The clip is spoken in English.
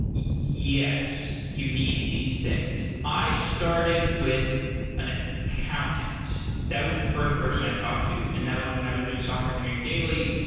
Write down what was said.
yes, you need these things. i started with an ah accountant. that was the first person i talked to and that was when i was doing software engineering daily.